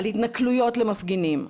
על התנכלויות למפגינים,